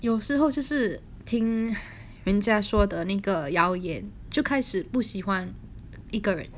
有时候就是听人家说的那个谣言就开始不喜欢一个人